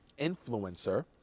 influencer